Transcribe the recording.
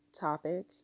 topic